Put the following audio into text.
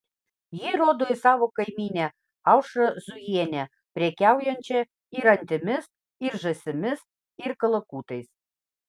ji rodo į savo kaimynę aušrą zujienę prekiaujančią ir antimis ir žąsimis ir kalakutais